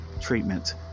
treatment